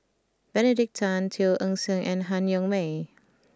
Benedict Tan Teo Eng Seng and Han Yong May